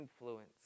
influence